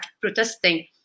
protesting